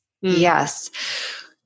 yes